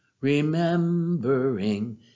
remembering